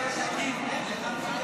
אני אשב שם גם מתישהו.